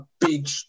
big